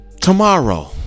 Tomorrow